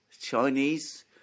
Chinese